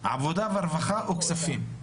לוועדת העבודה והרווחה או כספים?